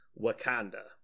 Wakanda